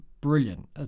brilliant